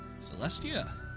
Celestia